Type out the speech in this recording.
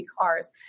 cars